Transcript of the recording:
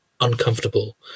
uncomfortable